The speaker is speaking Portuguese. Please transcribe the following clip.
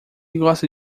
gosta